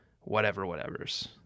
whatever-whatevers